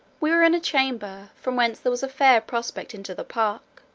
we were in a chamber, from whence there was a fair prospect into the park.